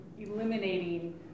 eliminating